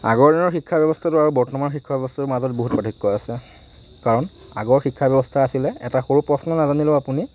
আগৰ দিনৰ শিক্ষা ব্যৱস্থাটো আৰু বৰ্তমানৰ শিক্ষা ব্যৱস্থাটোৰ মাজত বহুত পাৰ্থক্য আছে কাৰণ আগৰ শিক্ষা ব্যৱস্থা আছিলে এটা সৰু প্ৰশ্ন নাজানিলেও আপুনি